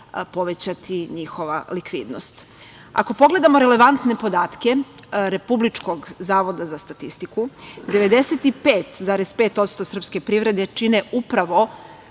povećati njihova likvidnost. Ako pogledamo relevantne podatke Republičkog zavoda za statistiku, 95,5% srpske privrede čine upravo